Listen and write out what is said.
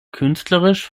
künstlerisch